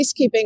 peacekeeping